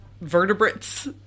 vertebrates